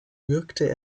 wirkte